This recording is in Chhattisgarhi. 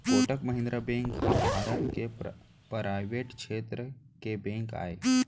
कोटक महिंद्रा बेंक ह भारत के परावेट छेत्र के बेंक आय